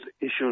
issues